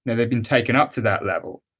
yeah they've been taken up to that level,